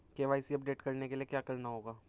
KYC update करने के लिए क्या करना होगा?